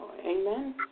Amen